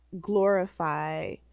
glorify